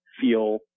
feel